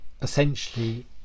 essentially